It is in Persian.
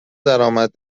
درآمد